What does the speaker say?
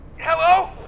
Hello